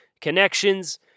connections